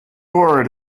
word